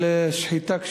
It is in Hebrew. של שחיטה כשרה.